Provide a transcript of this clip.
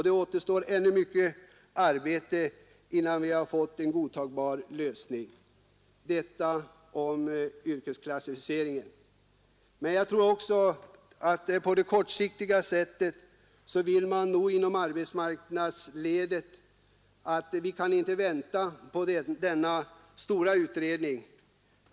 Det återstår ännu mycket arbete innan vi har fått en godtagbar lösning. — Detta om yrkesklassificering. Jag tror emellertid också att det på kort sikt är så att man inom arbetsmarknadsledet inte kan vänta på denna stora utredning.